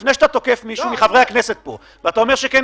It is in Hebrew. לפני שאתה תוקף מישהו מחברי הכנסת פה ואתה אומר שכן